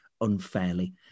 unfairly